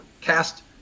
Cast